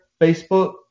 Facebook